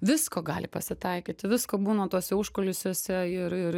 visko gali pasitaikyt visko būna tuose užkulisiuose ir ir